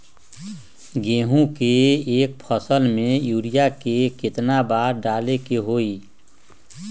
गेंहू के एक फसल में यूरिया केतना बार डाले के होई?